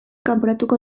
kanporatuko